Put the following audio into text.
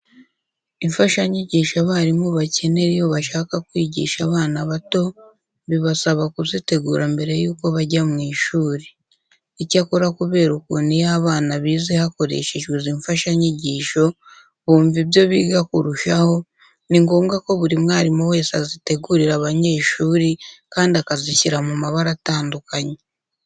Imfashanyigisho abarimu bakenera iyo bashaka kwigisha abana bato bibasaba kuzitegura mbere yuko bajya mu ishuri. Icyakora kubera ukuntu iyo abana bize hakoreshejwe izi mfashanyigisho bumva ibyo biga kurushaho, ni ngombwa ko buri mwarimu wese azitegurira abanyeshuri kandi akazishyira mu mabara atandukanye.